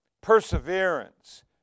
perseverance